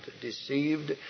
deceived